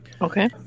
Okay